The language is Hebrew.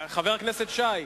חבר הכנסת נחמן שי,